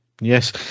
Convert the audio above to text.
Yes